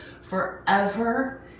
forever